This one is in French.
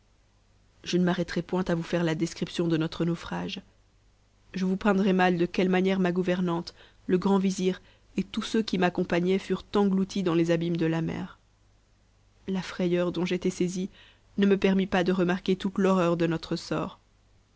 je ne m'arrêterai point à vous faire la description de notre naufrage je vous peindrais mal de quelle manière ma gouvernante le grand vizir et tous ceux qui m'accompagnaient furent engloutis dans les abîmes de la mer la frayeur dont j'étais saisie ne me permit pas de remarquer toute l'horreur de notre sort